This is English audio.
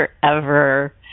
forever